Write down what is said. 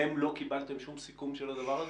אתם לא קיבלתם שום סיכום של הדבר הזה?